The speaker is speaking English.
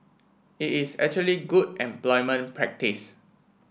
it is actually good employment practice